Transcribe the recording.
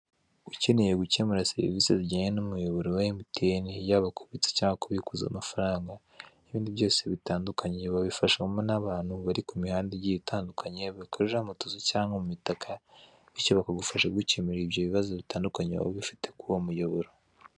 Ukeneye gukemura serivise zijyanye n'umuyoboro wa emutiyeni yaba kubitsa cyangwa kubikuza amafaranga, ibindi byose bitandukanye, babifashwamo n'abantu bari ku mihanda igiye itandukanye bakorera mu tuzu cyangwa mu mitaka, bityo bakagufasha kugukemurira ibyo ibibazo bitandukanye waba ufite kuri uwo muyoboro.